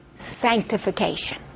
sanctification